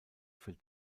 für